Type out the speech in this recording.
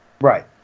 Right